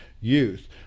youth